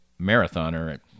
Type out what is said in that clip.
marathoner